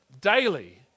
daily